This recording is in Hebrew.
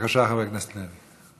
בבקשה, חבר הכנסת לוי.